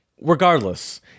Regardless